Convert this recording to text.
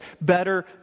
better